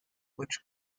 which